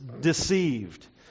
deceived